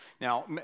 Now